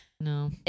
No